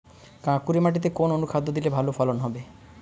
কাঁকুরে মাটিতে কোন অনুখাদ্য দিলে ভালো ফলন হবে?